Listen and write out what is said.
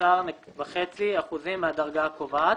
216.5% מהדרגה הקובעת.